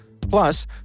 Plus